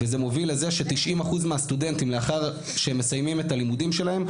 וזה מוביל לזה ש-90% מהסטודנטים לאחר שהם מסיימים את הלימודים שלהם,